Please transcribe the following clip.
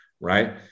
Right